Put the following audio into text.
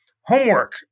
homework